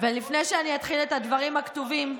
ולפני שאני אתחיל את הדברים הכתובים,